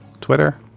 Twitter